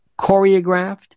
choreographed